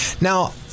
Now